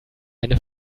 eine